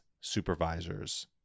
supervisors